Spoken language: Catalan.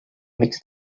amics